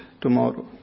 tomorrow